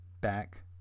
back